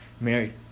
married